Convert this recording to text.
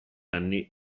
anni